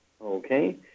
Okay